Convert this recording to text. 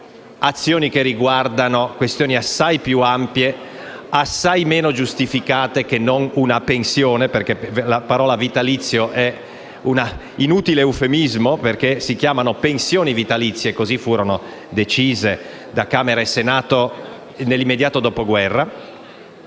azioni che riguardano questioni assai più ampie e meno giustificate di una pensione. La parola vitalizio è un inutile eufemismo. Si chiamano pensioni vitalizie perché così fu deciso da Camera e Senato nell'immediato dopoguerra.